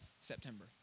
September